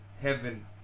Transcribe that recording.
heaven